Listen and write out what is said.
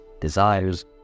desires